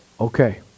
Okay